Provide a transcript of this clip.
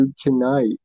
tonight